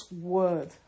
word